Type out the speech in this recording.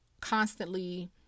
constantly